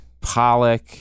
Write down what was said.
Pollock